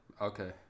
okay